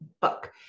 book